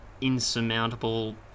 insurmountable